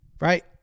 right